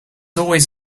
always